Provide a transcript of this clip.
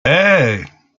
hey